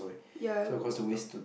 ya we walk down